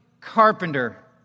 carpenter